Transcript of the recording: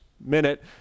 minute